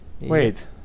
Wait